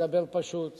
פשוט